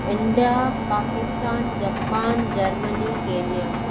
India Pakistan Japan Germany Kenya